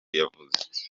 yavuze